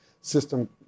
system